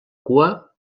cua